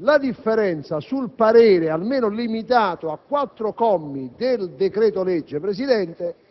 la differenza sul parere, almeno limitato a quattro commi del decreto-legge,